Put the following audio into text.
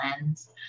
lens